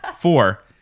Four